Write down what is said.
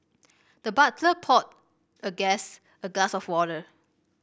the butler poured the guest a glass of water